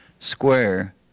square